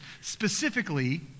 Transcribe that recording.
specifically